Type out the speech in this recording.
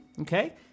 okay